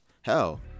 Hell